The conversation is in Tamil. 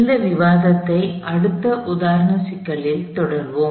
இந்த விவாதத்தை அடுத்த உதாரண சிக்கலில் தொடர்வோம்